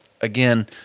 again